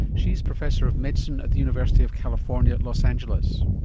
she's professor of medicine at the university of california los angeles.